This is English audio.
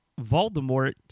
Voldemort